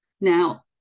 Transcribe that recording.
Now